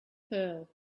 pearl